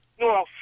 No